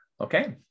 Okay